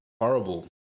horrible